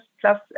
plus